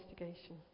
investigation